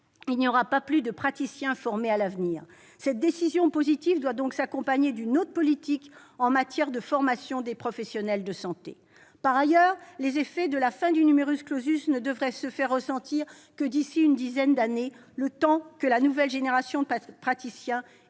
il n'y aura pas plus de praticiens formés à l'avenir. Cette décision positive doit donc s'accompagner d'une autre politique en matière de formation des professionnels de santé. Par ailleurs, les effets de la fin du ne devraient se faire ressentir que d'ici une dizaine d'années, le temps que la nouvelle génération de praticiens